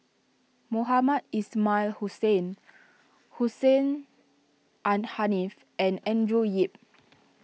Mohamed Ismail Hussain Hussein N Haniff and Andrew Yip